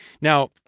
Now